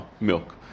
milk